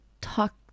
talk